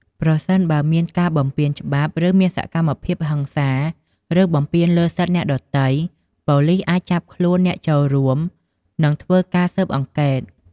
ប្រសិនបើមានការបំពានច្បាប់ ឬមានសកម្មភាពហិង្សា ឬបំពានលើសិទ្ធិអ្នកដទៃ ប៉ូលីសអាចចាប់ខ្លួនអ្នកចូលរួម និងធ្វើការស៊ើបអង្កេត។